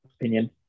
opinion